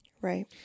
right